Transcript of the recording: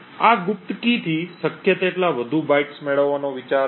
આ ગુપ્ત કીથી શક્ય તેટલા વધુ બાઇટ્સ મેળવવાનો વિચાર છે